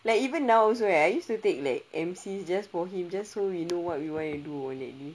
like even now also where I used to take like M_Cs just for him just so we know what you wanna do already